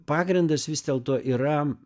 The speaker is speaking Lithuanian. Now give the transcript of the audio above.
pagrindas vis dėlto yra